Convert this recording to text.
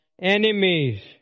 Enemies